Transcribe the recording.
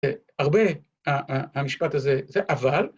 ‫הרבה, המשפט הזה, זה אבל.